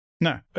no